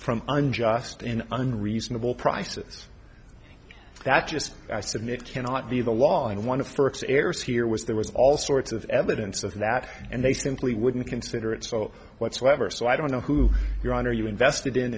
from unjust and under reasonable prices that just i submit cannot be the law and one of errors here was there was all sorts of evidence of that and they simply wouldn't consider it so whatsoever so i don't know who your honor you invested in